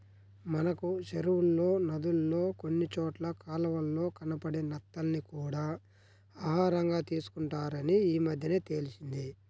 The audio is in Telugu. మనకి చెరువుల్లో, నదుల్లో కొన్ని చోట్ల కాలవల్లో కనబడే నత్తల్ని కూడా ఆహారంగా తీసుకుంటారని ఈమద్దెనే తెలిసింది